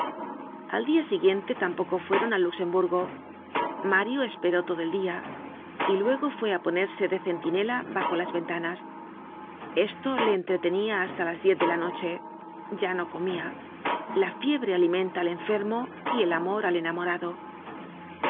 al dia siguiente tampoco fueron al luxemburgo mario esperó todo el dia y luego fué á ponerse de centinela bajo las ventanas esto le entretenia hasta las diez de la noche ya no comia la fiebre alimenta al enfermo y el amor al enamorado